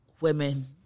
Women